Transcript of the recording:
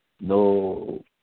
no